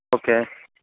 okay